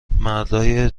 مردای